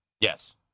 Yes